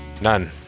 None